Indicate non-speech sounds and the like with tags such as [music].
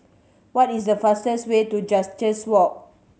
what is the fastest way to [unintelligible] Walk